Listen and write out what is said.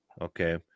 Okay